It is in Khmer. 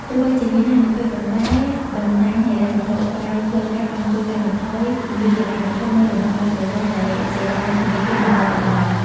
ទោះបីជាមានហានិភ័យ ប៉ុន្តែបណ្ដាញហិរញ្ញវត្ថុក្រៅផ្លូវការបានជួយកាត់បន្ថយ "គម្លាតហិរញ្ញវត្ថុ" នៅតំបន់ដាច់ស្រយាលដែលសេវាធនាគារមិនទាន់ទៅដល់។